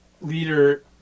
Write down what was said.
leader